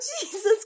Jesus